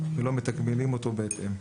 ולא מתגמלים אותו בהתאם.